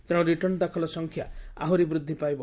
ତେଣୁ ରିଟର୍ଣ୍ଣ ଦାଖଲ ସଂଖ୍ୟା ଆହୁରି ବୃଦ୍ଧି ପାଇବ